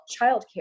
childcare